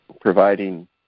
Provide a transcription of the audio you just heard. providing